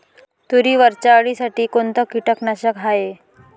तुरीवरच्या अळीसाठी कोनतं कीटकनाशक हाये?